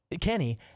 Kenny—